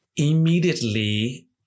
Immediately